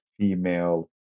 female